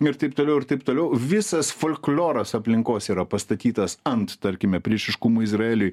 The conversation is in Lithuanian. ir taip toliau ir taip toliau visas folkloras aplinkos yra pastatytas ant tarkime priešiškumo izraeliui